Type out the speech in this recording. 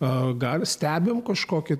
o gal stebime kažkokį